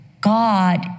God